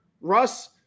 Russ